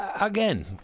Again